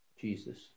Jesus